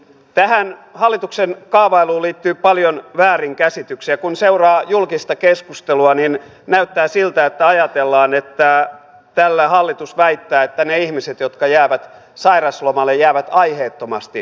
tähän hallituksen kaavailu liittyy paljon väärinkäsityksiä kun seuraa julkista keskustelua niin näyttää siltä että ajatellaan että täällä hallitus väittää että ne ihmiset jotka jäävät sairauslomalle jäävät aiheettomasti